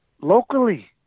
locally